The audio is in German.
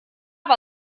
war